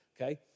Okay